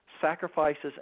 sacrifices